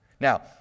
Now